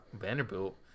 Vanderbilt